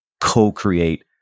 co-create